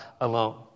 alone